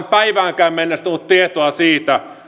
päiväänkään mennessä tullut tietoa siitä